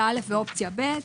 א' ואופציה ב'.